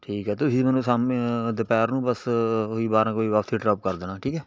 ਠੀਕ ਆ ਤੁਸੀਂ ਮੈਨੂੰ ਸਾਹਮਣੇ ਦੁਪਹਿਰ ਨੂੰ ਬਸ ਉਹ ਹੀ ਬਾਰਾਂ ਕੁ ਵਜੇ ਵਾਪਸੀ ਡਰੋਪ ਕਰ ਦੇਣਾ ਠੀਕ ਹੈ